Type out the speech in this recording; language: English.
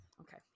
okay